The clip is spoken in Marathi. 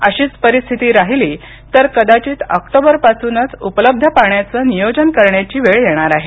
अशीच परिस्थिती राहिली तर कदाचित ऑक्टोबरपासूनच उपलब्ध पाण्याचं नियोजन करण्याची वेळ येणार आहे